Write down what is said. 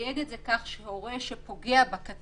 לסייג את זה במקרה של הורה שפגע בקטין